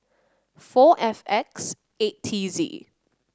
four F X eight T Z